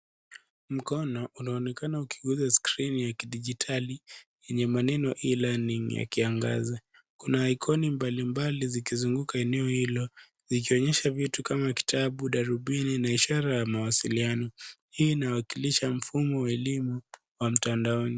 Mkono unaonekana ukiguza skrini ya kidijitali yenye maneno e-learning yakiangaza. Kuna ikoni mbalimbali zikizunguka eneo hilo zikionyesha vitu kama kitabu, darubini na ishara ya mawasiliano. Hii inawakilisha mfumo wa elimu wa mtandaoni.